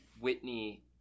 Whitney